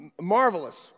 marvelous